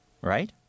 Right